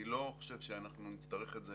אני לא חושב שאנחנו נצטרך את זה